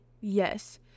yes